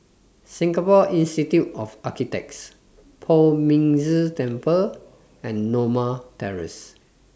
Singapore Institute of Architects Poh Ming Tse Temple and Norma Terrace